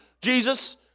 Jesus